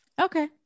Okay